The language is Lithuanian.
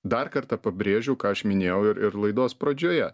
dar kartą pabrėžiu ką aš minėjau ir ir ir laidos pradžioje